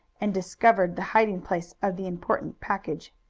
and discovered the hiding place of the important package.